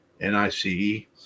N-I-C-E